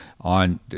on